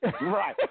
Right